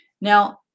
Now